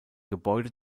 gebäude